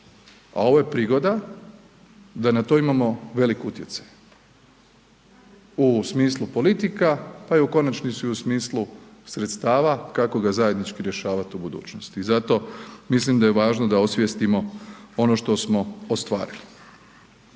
a ovo je prigoda da na to imamo veliki utjecaj. U ovom smislu politika, pa u konačnici u smislu sredstava kako ga zajednički rješavati u budućnosti. I zato mislim da je važno da osvijestimo ono što smo ostvarili.